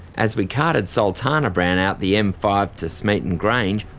as we carted sultana bran out the m five to smeaton grange,